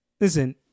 Listen